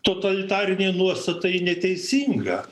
totalitarinė nuostata ji neteisinga